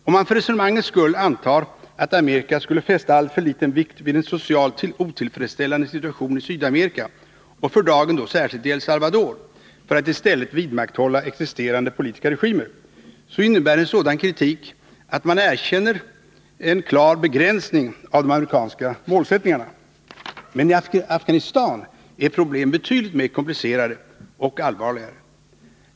Om man för resonemangets skull antar att Amerika skulle fästa alltför liten vikt vid en socialt otillfredställande situation i Sydamerika och för dagen då särskilt i El Salvador, för att i stället vidmakthålla existerande politiska regimer, så innebär en sådan kritik dock att man erkänner en klar begränsning av de amerikanska målsättningarna. Men i Afghanistan är problemen betydligt mer komplicerade och allvarligare.